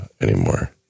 anymore